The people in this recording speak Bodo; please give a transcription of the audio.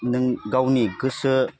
नों गावनि गोसो